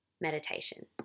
meditation